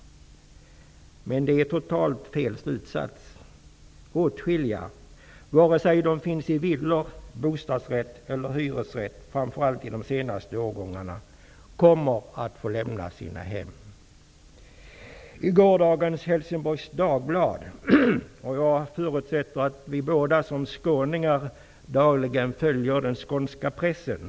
Men det är totalt fel slutsats. Åtskilliga kommer att få lämna sina hem -- vare sig de bor i villor, bostadsrätt eller hyresrätt från framför allt de senaste årgångarna. Jag förutsätter att vi båda som skåningar dagligen följer upp den skånska pressen.